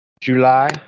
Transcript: July